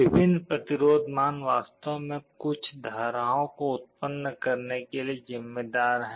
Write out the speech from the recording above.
विभिन्न प्रतिरोध मान वास्तव में कुछ धाराओं को उत्पन्न करने के लिए जिम्मेदार हैं